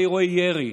על אירועי ירי,